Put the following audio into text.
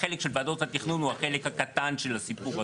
והחלק של וועדת התכנון הוא החלק הקטן של הסיפור הזה.